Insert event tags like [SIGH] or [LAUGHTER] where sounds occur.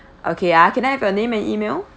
[BREATH] okay ah can I have your name and email